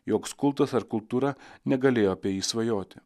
joks kultas ar kultūra negalėjo apie jį svajoti